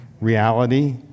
reality